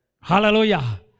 Hallelujah